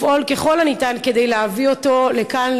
לפעול ככל הניתן כדי להביא אותו לכאן,